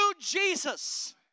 Jesus